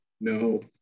No